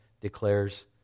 declares